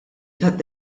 tad